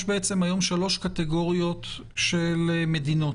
יש בעצם היום שלוש קטגוריות של מדינות.